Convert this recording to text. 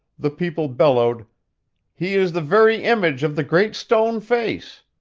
the people bellowed he is the very image of the great stone face